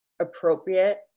appropriate